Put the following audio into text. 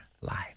life